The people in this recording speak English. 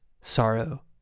sorrow